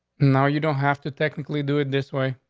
now you don't have to technically do it this way.